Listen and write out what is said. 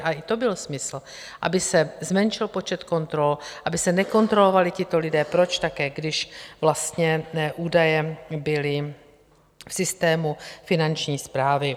Ale i to byl smysl, aby se zmenšil počet kontrol, aby se nekontrolovali tito lidé proč také, když vlastně ty údaje byly v systému Finanční správy?